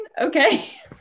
Okay